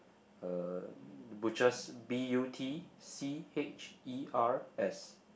uh the butchers B_U_T_C_H_E_R_S